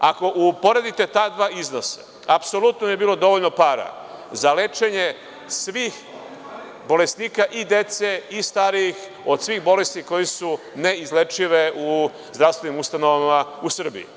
Ako uporedite ta dva iznosa, apsolutno bi bilo dovoljno para za lečenje svih bolesnika i dece i starijih od svih bolesti koje su neizlečive u zdravstvenim ustanovama u Srbiji.